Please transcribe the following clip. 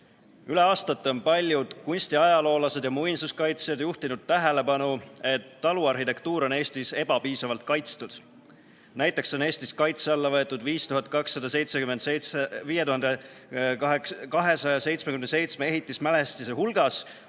Üle aastate on paljud kunstiajaloolased ja muinsuskaitsjad juhtinud tähelepanu, et taluarhitektuur on Eestis ebapiisavalt kaitstud. Näiteks on Eestis kaitse alla võetud 5277 ehitismälestise hulgas